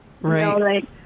right